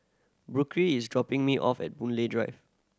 Burke is dropping me off at Boon Lay Drive